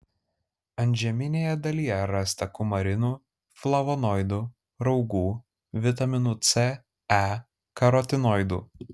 antžeminėje dalyje rasta kumarinų flavonoidų raugų vitaminų c e karotinoidų